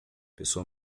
pessoa